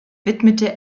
widmete